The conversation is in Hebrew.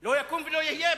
לא יקום ולא יהיה.